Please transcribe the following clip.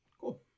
Cool